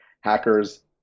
hackers